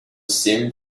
seemed